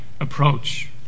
approach